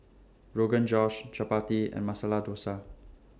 Rogan Josh Chapati and Masala Dosa